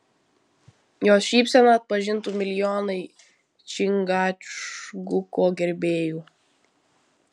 jos šypseną atpažintų milijonai čingačguko gerbėjų